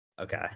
okay